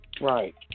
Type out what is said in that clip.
Right